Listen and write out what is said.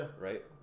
Right